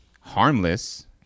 harmless